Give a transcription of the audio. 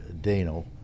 Dano